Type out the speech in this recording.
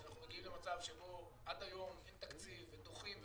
כשאנחנו מגיעים שבו עד היום אין תקציב ודוחים,